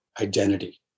identity